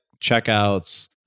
checkouts